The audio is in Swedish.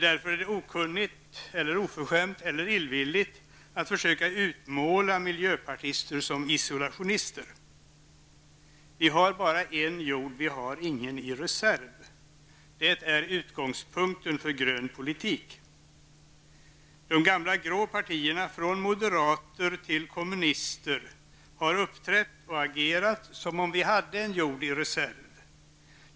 Därför är det okunnigt, oförskämt eller illvilligt att söka utmåla miljöpartister som isolationister. Vi har bara en jord -- vi har ingen i reserv. Det är utgångspunkten för grön politik. De gamla grå partierna från moderater till kommunister har uppträtt och agerat som om vi hade en jord i reserv.